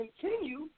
continue